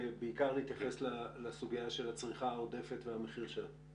בעיקר להתייחס לסוגיה של הצריכה העודפת והמחיר שלה.